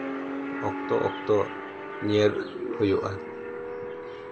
ᱚᱠᱛᱚ ᱚᱠᱛᱚ ᱧᱮᱞ ᱦᱩᱭᱩᱜᱼᱟ